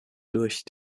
durch